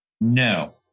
No